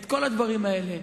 את כל הדברים האלה.